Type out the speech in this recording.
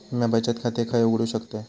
म्या बचत खाते खय उघडू शकतय?